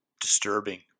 disturbing